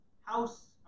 house